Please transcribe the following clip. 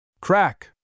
Crack